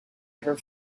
ever